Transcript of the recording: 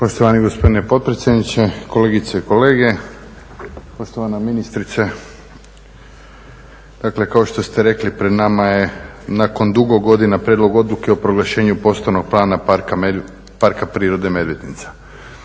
Poštovani gospodine potpredsjedniče, kolegice i kolege, poštovana ministrice. Dakle kao što ste rekli pred nama je nakon dugo godina Prijedlog odluke o proglašenju Prostornog plana Parka prirode Medvednica.